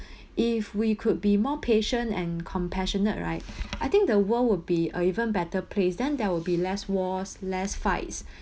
if we could be more patient and compassionate right I think the world would be a even better place then there will be less wars less fights